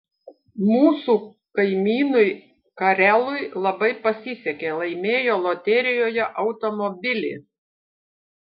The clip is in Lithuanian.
mūsų kaimynui karelui labai pasisekė laimėjo loterijoje automobilį